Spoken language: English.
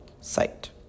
site